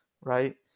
right